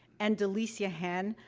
and delicia hand,